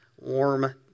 warm